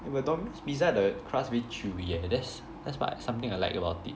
but Domino's pizza the crust very chewy eh that's what something I like about it